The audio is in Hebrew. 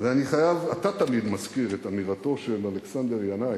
אתה תמיד מזכיר את אמירתו של אלכסנדר ינאי.